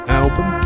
album